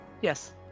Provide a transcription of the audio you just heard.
Yes